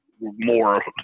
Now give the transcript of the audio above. more